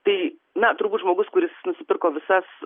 tai na turbūt žmogus kuris nusipirko visas